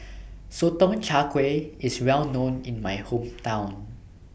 Sotong Char Kway IS Well known in My Hometown